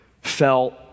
felt